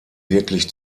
wirklich